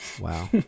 Wow